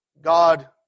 God